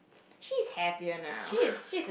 she's happier now